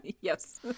Yes